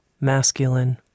masculine